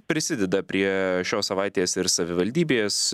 prisideda prie šios savaitės ir savivaldybės